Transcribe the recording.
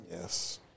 Yes